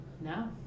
No